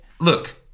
look